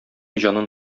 җанын